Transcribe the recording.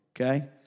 okay